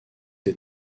des